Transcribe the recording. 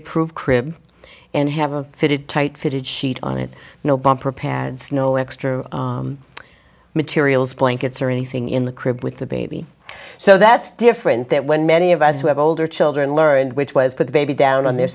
approved crib and have a fitted tight fitted sheet on it no bumper pads no extra materials blankets or anything in the crib with the baby so that's different that when many of us who have older children learned which was put the baby down on their